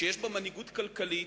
שיש בה מנהיגות כלכלית.